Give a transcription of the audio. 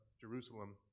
Jerusalem